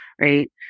right